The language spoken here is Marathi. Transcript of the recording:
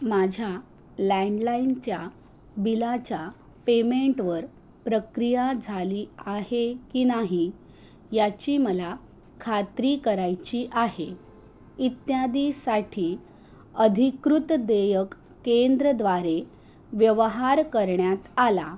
माझ्या लँडलाईनच्या बिलाच्या पेमेंटवर प्रक्रिया झाली आहे की नाही याची मला खात्री करायची आहे इत्यादीसाठी अधिकृत देयक केंद्राद्वारे व्यवहार करण्यात आला